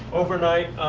overnight?